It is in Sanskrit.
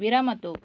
विरमतु